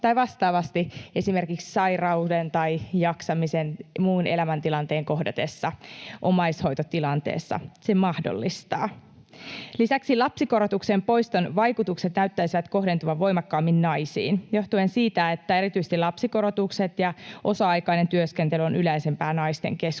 mahdollistaa työn esimerkiksi sairauden tai jaksamisen tai muun elämäntilanteen kohdatessa, omaishoitotilanteessa. Lisäksi lapsikorotuksen poiston vaikutukset näyttäisivät kohdentuvan voimakkaammin naisiin johtuen siitä, että erityisesti lapsikorotukset ja osa-aikainen työskentely ovat yleisempiä naisten keskuudessa.